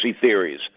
theories